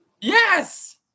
Yes